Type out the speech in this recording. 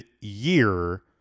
year